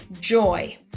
joy